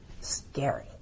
scary